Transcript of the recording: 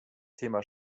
thema